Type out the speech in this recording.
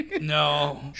No